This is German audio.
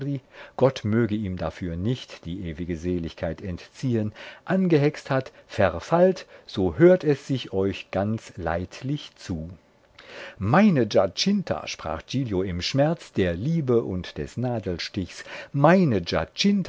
gott möge ihm dafür nicht die ewige seligkeit entziehen angehext hat verfallt so hört es sich euch ganz leidlich zu meine giacinta sprach giglio im schmerz der liebe und des nadelstichs meine